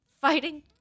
fighting